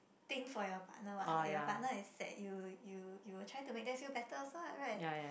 think for your partner what like your partner is sad you you you will try to make them feel better also what right